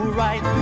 right